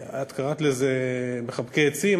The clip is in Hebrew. את קראת לזה "מחבקי עצים"?